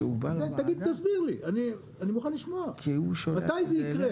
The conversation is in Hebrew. תסביר לי, אני מוכן לשמוע, מתי זה יקרה?